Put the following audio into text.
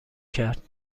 کرد